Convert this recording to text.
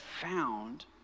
found